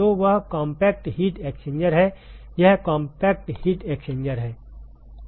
तो वह compact heat exchanger है यह कॉम्पैक्ट हीट एक्सचेंजर है